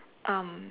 um